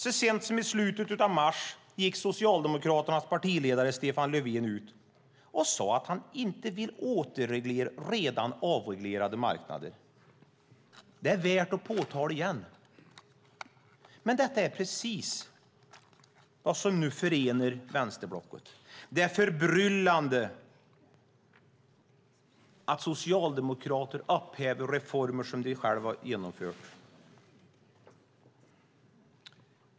Så sent som i slutet av mars gick socialdemokraternas partiledare Stefan Löfven ut och sade att han inte vill återreglera redan avreglerade marknader - det är värt att påtala igen. Men detta är precis vad som nu förenar vänsterblocket. Det är förbryllande att Socialdemokraterna upphäver reformer som de själva har genomfört.